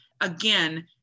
again